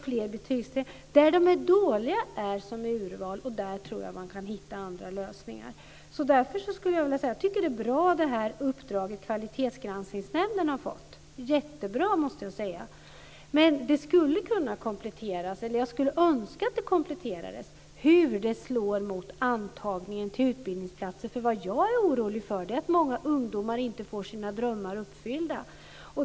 Där betygen är dåliga som urval tror jag att man kan hitta andra lösningar. Jag tycker att det är ett bra uppdrag som Kvalitetsgranskningsnämnden har fått. Det är jättebra, måste jag säga. Men jag skulle önska att det kompletterades med frågan hur det slår mot antagningen till utbildningsplatser. Vad jag är orolig för är att många ungdomar inte får sina drömmar uppfyllda.